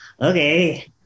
okay